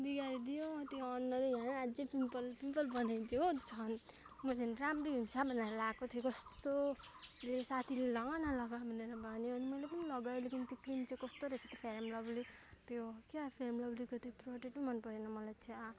बिगारिदियो त्यो अनुहारै यहाँ अझै पिम्पल पिम्पल बनाइदियो झन् मैले झन् राम्री हुन्छ भनेर लाएको थियो कस्तो ले साथीले लगा न लगा भनेर भन्यो अनि मैले पनि लगाएँ लेकिन त्यो क्रिम चाहिँ कस्तो रहेछ त फेयर एन्ड लभली त्यो क्या फेयर एन्ड लभलीको त्यो प्रोडक्टै मन परेन मलाई छ्या